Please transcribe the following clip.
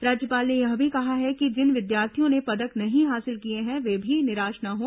राज्यपाल ने यह भी कहा कि जिन विद्यार्थियों ने पदक नहीं हासिल किए हैं वे भी निराश न हों